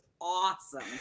awesome